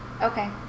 okay